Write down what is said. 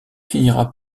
finira